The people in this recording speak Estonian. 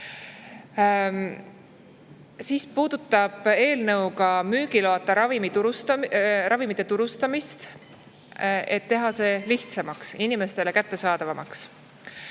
puudutab ka müügiloata ravimite turustamist, et teha see lihtsamaks ja inimestele kättesaadavamaks.